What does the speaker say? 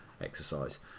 exercise